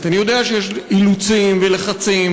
אני יודע שיש אילוצים ולחצים,